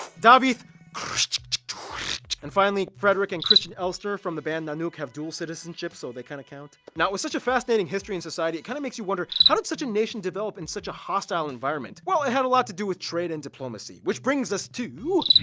david krtqqk and finally frederic and christian elster from the band nanook have dual citizenship, so they kind of count. now with such a fascinating history in society, it kind of makes you wonder how did such a nation develop in such a hostile environment? well it had a lot to do with trade and diplomacy which brings us to